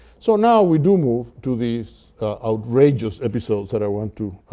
so now, we do move to these outrageous episodes that i want to